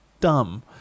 dumb